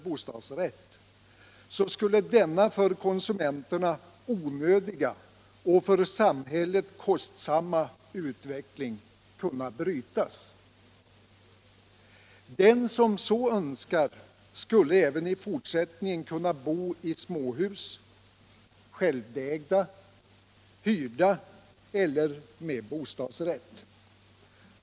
bostadsrätt, skulle denna för konsumenterna onödiga och för samhället kostsamma utveckling kunna brytas. Den som så önskar skulle även i fortsättningen kunna bo i småhus —- självägda, hyrda eller med bostadsrätt.